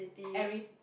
Aries